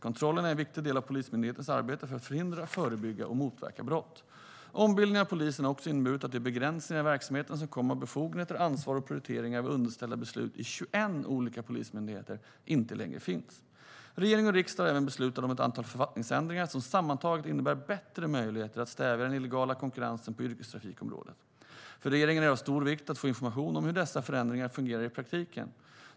Kontrollerna är en viktig del av Polismyndighetens arbete för att förhindra, förebygga och motverka brott. Ombildningen av polisen har också inneburit att de begränsningar i verksamheten som kom av att befogenheter, ansvar och prioriteringar var underställda beslut i 21 olika polismyndigheter inte längre finns. Regering och riksdag har även beslutat om ett antal författningsändringar som sammantaget innebär bättre möjligheter att stävja den illegala konkurrensen på yrkestrafikområdet. För regeringen är det av stor vikt att få information om hur dessa förändringar fungerar i praktiken.